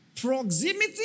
Proximity